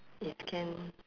if can